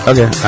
Okay